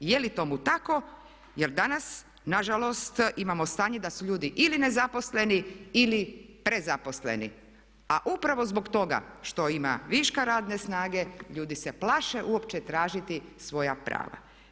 Je li tomu tako, jer danas nažalost imamo stanje da su ljudi ili nezaposleni ili prezaposleni, a upravo zbog toga što ima viška radne snage ljudi se plaše uopće tražiti svoja prava.